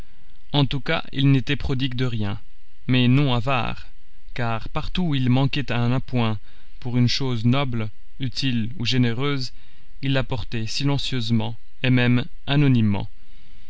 en tout cas il n'était prodigue de rien mais non avare car partout où il manquait un appoint pour une chose noble utile ou généreuse il l'apportait silencieusement et même anonymement